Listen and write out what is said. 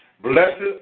Blessed